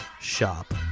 Shop